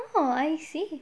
oh I see